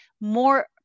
more